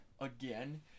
again